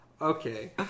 Okay